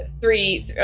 three